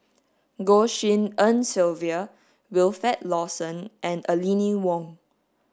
Goh Tshin En Sylvia Wilfed Lawson and Aline Wong